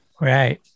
Right